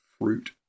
fruit